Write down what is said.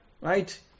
Right